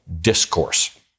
discourse